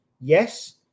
Yes